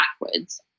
backwards